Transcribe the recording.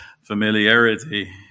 familiarity